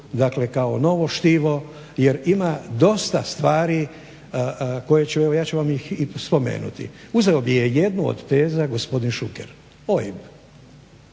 dakle kao novo štivo jer ima dosta stvari koje evo ja ću vam ih i spomenuti. Uzeo mi je jednu od teza gospodin Šuker, OIB.